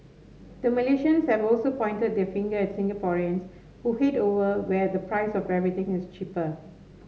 the Malaysians have also pointed their finger at Singaporeans who head over where the price of everything is cheaper